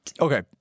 Okay